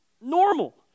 normal